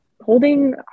holding